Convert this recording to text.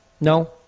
No